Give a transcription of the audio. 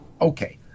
Okay